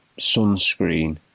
Sunscreen